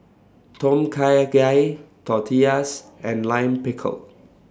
Tom Kha Gai Tortillas and Lime Pickle